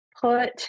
put